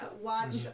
Watch